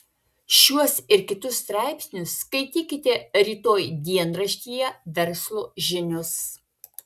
šiuos ir kitus straipsnius skaitykite rytoj dienraštyje verslo žinios